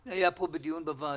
זה היה פה בדיון בוועדה.